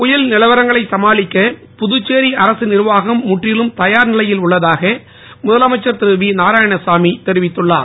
புயல் நிலவரங்களை சமாளிக்க புதுச்சேரி அரசு நிர்வாகம் முற்றிலும் தயார் நிலையில் உள்ளதாக முதலமைச்சர் திரு வி நாராயணசாமி தெரிவித்துள்ளார்